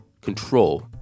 control